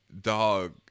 dog